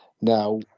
Now